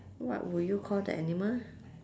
what would you call the animal